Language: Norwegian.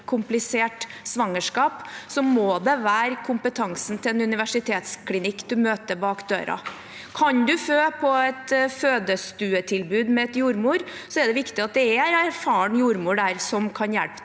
komplisert svangerskap, må det være kompetansen til en universitetsklinikk man møter bak døra. Kan man føde på et fødestuetilbud med en jordmor, er det viktig at det er en erfaren jordmor der som kan hjelpe en.